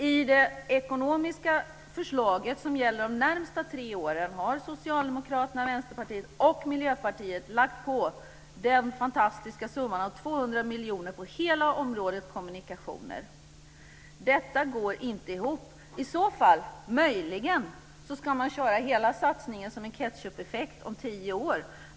I det ekonomiska förslaget som gäller de närmaste tre åren har Socialdemokraterna, Vänsterpartiet och Miljöpartiet lagt på den fantastiska summan av 200 miljoner på hela området Kommunikationer. Detta går inte ihop. Möjligen ska man köra hela satsningen som en ketchupeffekt om tio år.